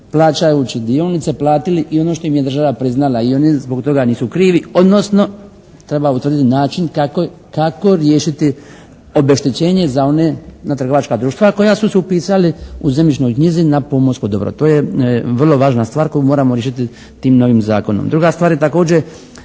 plaćajući dionice platili i ono što im je država priznala i oni zbog toga nisu krivi, odnosno treba utvrditi način kako riješiti obeštećenje za one na trgovačka društva koja su se upisali u zemljišnoj knjizi na pomorsko dobro. To je vrlo važna stvar koju moramo riješiti tim novim zakonom. Druga stvar je također